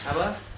apa